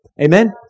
Amen